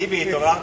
בתלייה או בירייה?